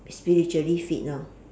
spiritually fit lor